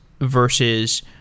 versus